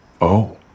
Oh